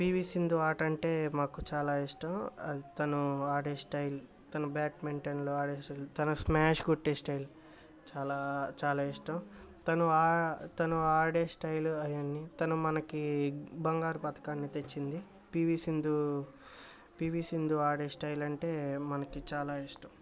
P V Sindhu ఆట అంటే మాకు చాలా ఇష్టం తను ఆడే స్టైల్ తను బ్యాడ్మింటన్లో ఆడే స్టైల్ తను స్మాష్ కొట్టే స్టైల్ చాలా చాలా ఇష్టం తను ఆ ఆడే స్టైల్ ఆయన్ని తను మనకి బంగారు పథకాన్ని తెచ్చింది పి వి సింధు పి వి సింధు ఆడే స్టైల్ అంటే మనకు చాలా ఇష్టం